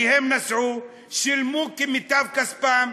כי הם נסעו, שילמו במיטב כספם,